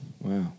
wow